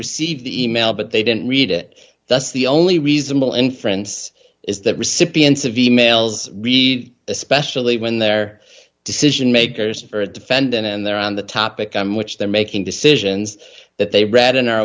received the e mail but they didn't read it that's the only reasonable inference is that recipients of e mails we've especially when their decision makers for a defendant and their on the topic on which they're making decisions that they read and are